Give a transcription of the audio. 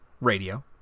Radio